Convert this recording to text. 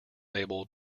able